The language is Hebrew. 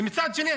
ומצד שני,